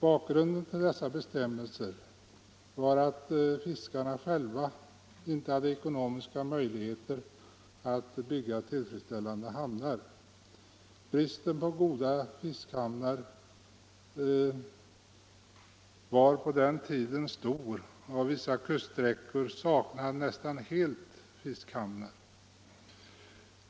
Bakgrunden till dessa bestämmelser var att fiskarna själva inte hade ekonomiska möjligheter att bygga tillfredsställande hamnar. Bristen på goda fiskehamnar var på den tiden stor, och vissa kuststräckor saknade nästan helt fiskehamnar.